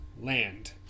land